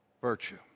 virtue